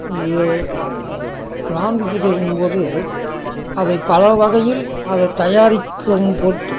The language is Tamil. அங்கு நான்வெஜிடேரியன் போது அதை பலவகையில் அதை தயாரிக்கும் பொருட்டு